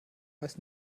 weiß